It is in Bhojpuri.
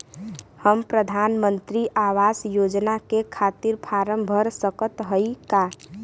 हम प्रधान मंत्री आवास योजना के खातिर फारम भर सकत हयी का?